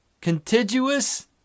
contiguous